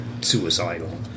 suicidal